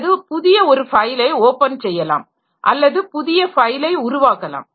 அல்லது புதிய ஒரு ஃபைலை ஓப்பன் செய்யலாம் அல்லது புதிய ஃபைலை உருவாக்கலாம்